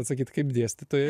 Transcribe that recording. atsakyt kaip dėstytoja